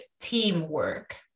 teamwork